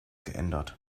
geändert